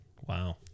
Wow